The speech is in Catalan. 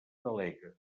delegue